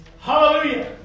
Hallelujah